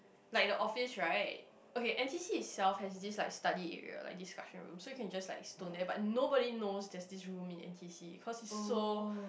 like the office right okay N_T_C itself have this like study area like discussion room so you just like stone there but nobody knows there this room in N_T_C because it's so